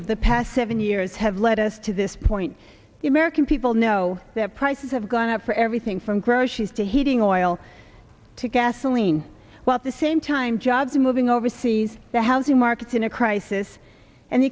of the past seven years have led us to this point the american people know that prices have gone up for everything from groceries to heating oil to gasoline while at the same time jobs moving overseas the housing market in a crisis and the